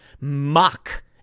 mock